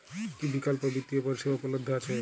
কী কী বিকল্প বিত্তীয় পরিষেবা উপলব্ধ আছে?